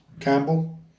Campbell